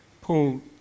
Paul